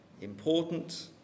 important